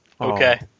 Okay